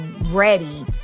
ready